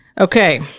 Okay